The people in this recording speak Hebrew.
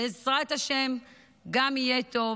ובעזרת השם גם יהיה טוב.